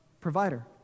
provider